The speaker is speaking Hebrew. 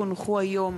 כי הונחו היום